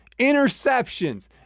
interceptions